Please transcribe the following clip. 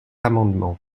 amendement